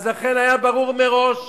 לכן היה ברור מראש